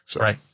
Right